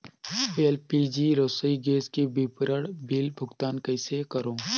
LPG रसोई gas के विवरण बिल भुगतान कइसे करों?